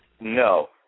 No